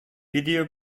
video